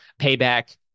payback